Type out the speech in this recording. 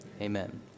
amen